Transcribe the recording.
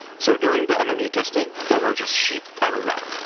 so during the and the mmu testing, there were just sheep everywhere.